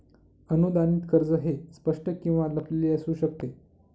अनुदानित कर्ज हे स्पष्ट किंवा लपलेले असू शकते